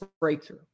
breakthrough